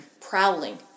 prowling